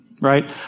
right